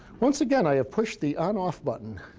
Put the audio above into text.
once again, i have pushed the on off button.